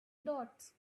dots